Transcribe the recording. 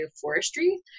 forestry